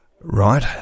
Right